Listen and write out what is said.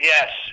Yes